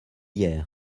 hier